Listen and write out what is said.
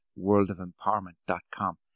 worldofempowerment.com